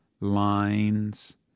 lines